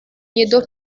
jedoch